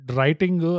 Writing